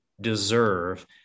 deserve